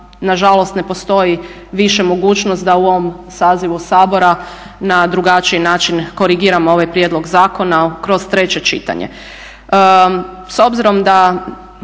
nažalost ne postoji više mogućnost da u ovom sazivu Sabora na drugačiji način korigiramo ovaj prijedlog zakona kroz treće čitanje.